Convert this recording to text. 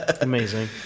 Amazing